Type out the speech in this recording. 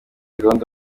gahunda